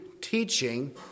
teaching